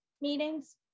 meetings